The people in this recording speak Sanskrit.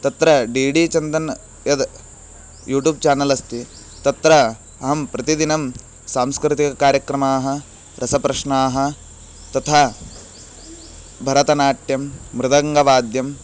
तत्र डी डी चन्दन् यद् यूटूब् चानल् अस्ति तत्र अहं प्रतिदिनं सांस्कृतिककार्यक्रमाः रसप्रश्नाः तथा भरतनाट्यं मृदङ्गवाद्यं